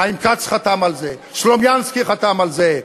חיים כץ חתם על זה, סלומינסקי חתם על זה,